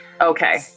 Okay